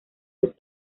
los